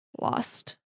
lost